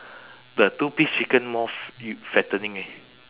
the two piece chicken more f~ y~ fattening eh